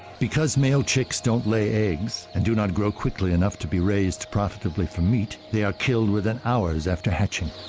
because male chicks don't ley eggs and do not grow quickly enough to be raised profitably enough for meat, they are killed within hours after hatching.